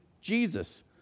Jesus